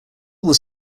was